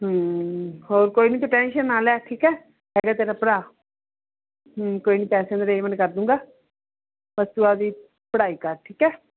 ਹਮ ਹੋਰ ਕੋਈ ਨਹੀਂ ਤੂੰ ਟੈਂਸ਼ਨ ਨਾ ਲੈ ਠੀਕ ਹੈ ਹੈਗਾ ਤੇਰਾ ਭਰਾ ਹਮ ਕੋਈ ਨਹੀਂ ਪੈਸਿਆਂ ਦਾ ਅਰੇਂਜ਼ਮੇਂਟ ਕਰ ਦੂੰਗਾ ਬਸ ਤੂੰ ਆਪਦੀ ਪੜ੍ਹਾਈ ਕਰ ਠੀਕ ਹੈ